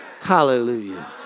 Hallelujah